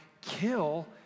kill